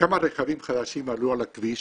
כמה רכבים חדשים עלו על הכביש